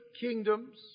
kingdoms